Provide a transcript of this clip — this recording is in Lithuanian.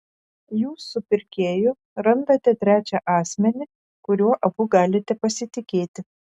jūs su pirkėju randate trečią asmenį kuriuo abu galite pasitikėti